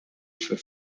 for